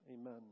Amen